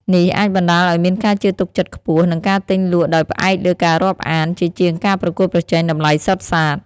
នេះអាចបណ្ដាលឱ្យមានការជឿទុកចិត្តខ្ពស់ និងការទិញលក់ដោយផ្អែកលើការរាប់អាន ជាជាងការប្រកួតប្រជែងតម្លៃសុទ្ធសាធ។